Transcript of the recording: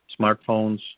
smartphones